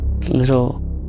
Little